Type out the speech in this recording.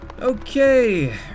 Okay